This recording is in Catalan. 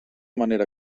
manera